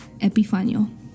Epifanio